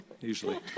Usually